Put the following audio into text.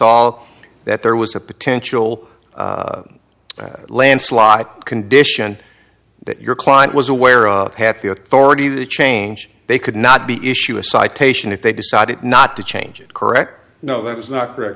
saw that there was a potential landslide condition that your client was aware of had the authority that change they could not be issue a citation if they decided not to change it correct no that is not correct